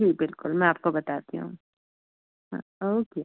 जी बिल्कुल मैं आपको बताती हूँ हाँ ओके